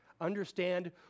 Understand